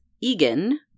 egan